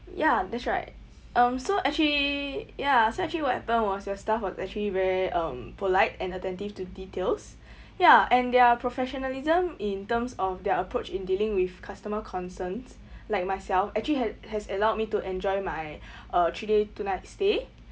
ya that's right um so actually ya so actually what happened was your staff was actually very um polite and attentive to details ya and their professionalism in terms of their approach in dealing with customer concerns like myself actually had has allowed me to enjoy my uh three days two night stay